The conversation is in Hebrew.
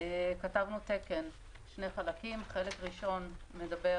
כתבנו תקן בשני חלקים: חלק ראשון מדבר